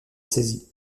saisie